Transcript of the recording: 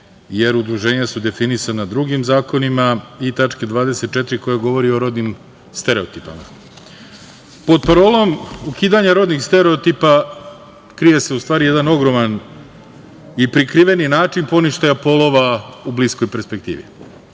jer udruženja su definisana drugim zakonima i tačka 24) govori o rodnim stereotipima. Pod parolom ukidanja rodnih stereotipa krije se, u stvari, jedan ogroman i prikriveni način poništaja polova u bliskoj perspektivi,